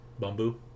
bamboo